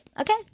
Okay